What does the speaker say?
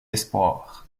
espoirs